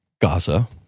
Gaza